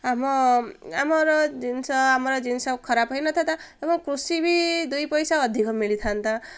ଆମ ଆମର ଜିନିଷ ଆମର ଜିନିଷ ଖରାପ ହେଇନଥାନ୍ତା ଏବଂ କୃଷି ବି ଦୁଇ ପଇସା ଅଧିକ ମିଳିଥାନ୍ତା